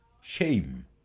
shame